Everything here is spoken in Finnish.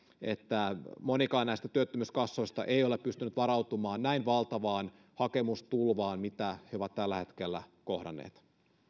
että monikaan näistä työttömyyskassoista ei ole pystynyt varautumaan näin valtavaan hakemustulvaan kuin minkä he ovat tällä hetkellä kohdanneet